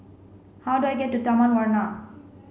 how do I get to Taman Warna